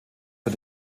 für